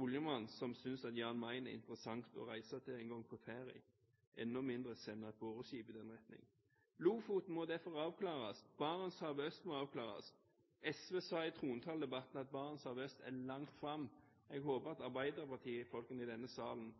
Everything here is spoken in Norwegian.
oljemann som synes at Jan Mayen er interessant å reise til, knapt på ferie – enda mindre sende et boreskip i den retningen. Lofoten må derfor avklares. Barentshavet øst må avklares. SV sa i trontaledebatten at Barentshavet øst er «langt fram». Jeg håper at arbeiderpartifolkene i denne salen